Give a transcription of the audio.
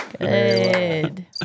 Good